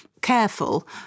careful